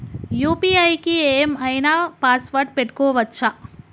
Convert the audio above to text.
UPI కి ఏం ఐనా పాస్వర్డ్ పెట్టుకోవచ్చా?